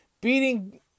beating